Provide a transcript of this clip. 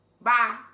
bye